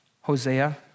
Hosea